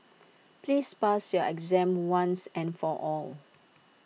please pass your exam once and for all